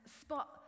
spot